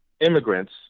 immigrants